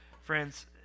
Friends